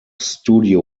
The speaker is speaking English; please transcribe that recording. studio